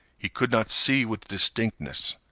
he could not see with distinctness.